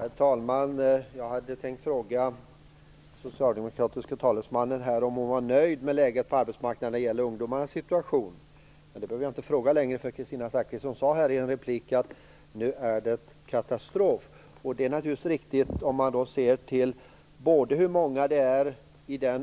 Herr talman! Jag hade tänkt fråga den socialdemokratiska talesmannen om hon är nöjd med läget på arbetsmarknaden när det gäller ungdomarnas situation. Men jag behöver inte fråga om det, eftersom Kristina Zakrisson sade i sin replik att det nu är katastrof. Detta är naturligtvis riktigt, sett till både antalet